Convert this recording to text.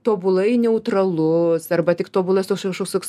tobulai neutralus arba tik tobulas toks kažkoks toks